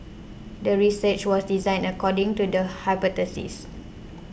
the research was designed according to the hypothesis